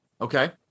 Okay